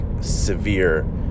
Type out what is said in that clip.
severe